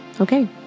Okay